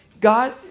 God